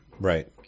Right